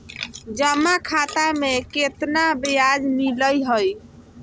जमा खाता में केतना ब्याज मिलई हई?